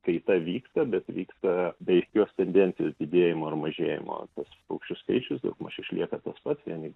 kaita vyksta bet vyksta be aiškios tendencijos didėjimo ar mažėjimo tas paukščių skaičius daugmaž išlieka tas pats vieni